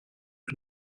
for